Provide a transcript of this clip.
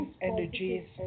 energies